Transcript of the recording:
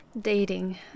dating